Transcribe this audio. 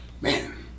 man